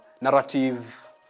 narrative